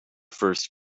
first